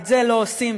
את זה לא עושים,